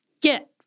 get